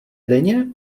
denně